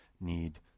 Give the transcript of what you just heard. need